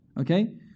Okay